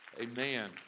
amen